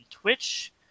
twitch